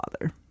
father